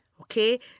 Okay